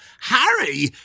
Harry